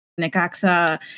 Necaxa